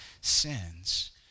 sins